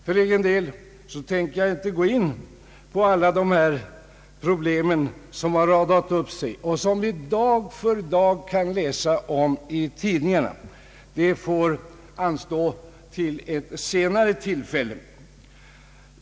För egen del tänker jag inte gå in på alla de problem som har radat upp sig och som vi dag för dag kan läsa om i tidningarna. Det får anstå till ett senare tillfälle.